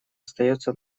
остается